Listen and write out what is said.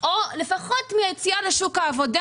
או לפחות מהיציאה לשוק העבודה,